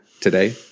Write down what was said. today